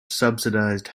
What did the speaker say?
subsidized